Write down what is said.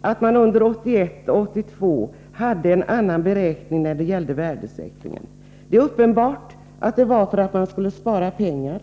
att man under åren 1981 och 1982 hade en annan beräkning när det gäller värdesäkringen. Det är uppenbart att det var för att man skulle spara pengar.